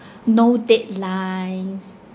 no deadlines